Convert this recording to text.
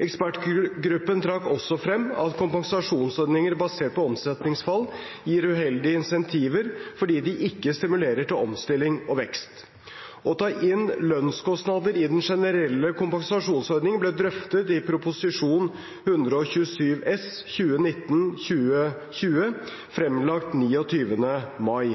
Ekspertgruppen trakk også frem at kompensasjonsordninger basert på omsetningsfall gir uheldige insentiver fordi de ikke stimulerer til omstilling og vekst. Å ta inn lønnskostnader i den generelle kompensasjonsordningen ble drøftet i Prop. 127 S for 2019–2020, fremlagt 29. mai.